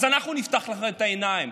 אז אנחנו נפקח לכם את העיניים.